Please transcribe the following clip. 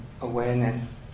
awareness